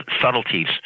subtleties